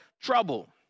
Trouble